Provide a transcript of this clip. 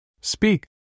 Speak